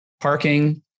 parking